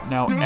Now